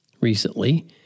recently